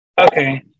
Okay